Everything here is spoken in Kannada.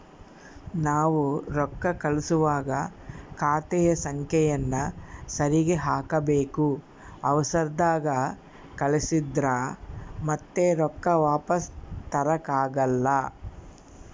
ನಾವು ರೊಕ್ಕ ಕಳುಸುವಾಗ ಖಾತೆಯ ಸಂಖ್ಯೆಯನ್ನ ಸರಿಗಿ ಹಾಕಬೇಕು, ಅವರ್ಸದಾಗ ಕಳಿಸಿದ್ರ ಮತ್ತೆ ರೊಕ್ಕ ವಾಪಸ್ಸು ತರಕಾಗಲ್ಲ